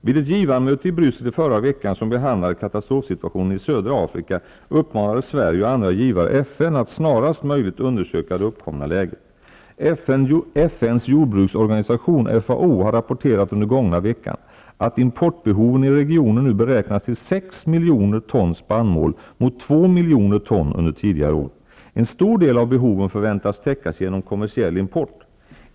Vid ett givarmöte i Bryssel i förra veckan, som behandlade katastrofsituatio nen i södra Afrika uppmanade Sverige och andra givare FN att snarast möj ligt undersöka det uppkomna läget. FN:s jordbruksorganisation, FAO, har under den gångna veckan rapporte rat att importbehoven i regionen nu beräknas till 6 miljoner ton spannmål mot 2 miljoner ton under tidigare år. En stor del av behoven förväntas täckas genom kommersiell import.